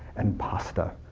and pasta,